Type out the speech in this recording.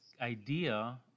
idea